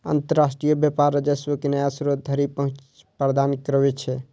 अंतरराष्ट्रीय व्यापार राजस्व के नया स्रोत धरि पहुंच प्रदान करै छै